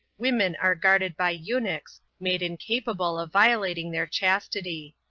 women are guarded by eunuchs, made incapable of violating their chastity.